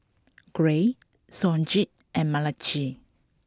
Gray Sonji and Malachi